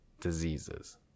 diseases